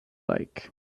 like